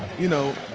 you know,